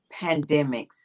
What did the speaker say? pandemics